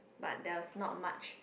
but there was not much